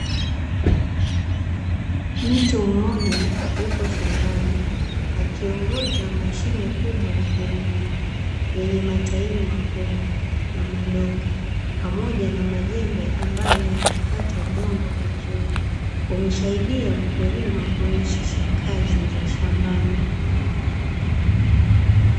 Mtu mmoja yupo shambani akiongoza mashine kubwa ya kulimia yenye matairi makubwa na madogo, pamoja na majembe ambayo yanakata udongo vizuri. Humsaidia mkulima kurahisisha kazi za shambani.